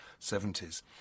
70s